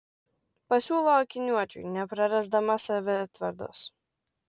pasiūlo akiniuočiui neprarasdama savitvardos